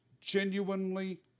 genuinely